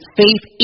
faith